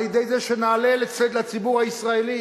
על-ידי זה שנעלה לציבור הישראלי